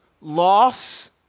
loss